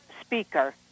speaker